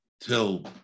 till